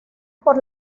por